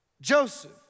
Joseph